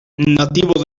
nativo